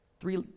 Three